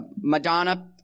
Madonna